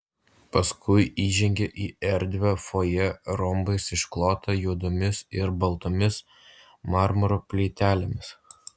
paskui įžengė į erdvią fojė rombais išklotą juodomis ir baltomis marmuro plytelėmis